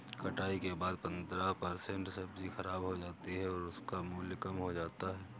कटाई के बाद पंद्रह परसेंट सब्जी खराब हो जाती है और उनका मूल्य कम हो जाता है